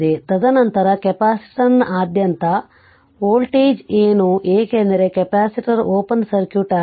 ತದನಂತರ ಕೆಪಾಸಿಟರ್ನಾದ್ಯಂತ ವೋಲ್ಟೇಜ್ ಏನು ಏಕೆಂದರೆ ಕೆಪಾಸಿಟರ್ ಓಪನ್ ಸರ್ಕ್ಯೂಟ್ ಆಗಿದೆ